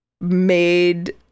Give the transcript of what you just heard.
made